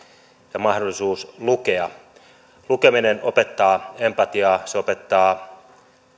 ja mahdollisuus lukea lukeminen opettaa empatiaa se opettaa